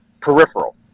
Peripheral